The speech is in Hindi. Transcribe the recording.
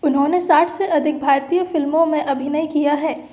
उन्होंने साठ से अधिक भारतीय फ़िल्मों में अभिनय किया है